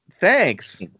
thanks